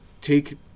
take